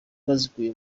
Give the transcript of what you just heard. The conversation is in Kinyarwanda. bazikuye